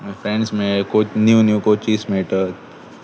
मागीर फ्रेंड्स मेळ्ळे को न्यू न्यू कोचीस मेळटात